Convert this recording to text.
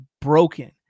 broken